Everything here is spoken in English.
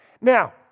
Now